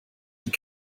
die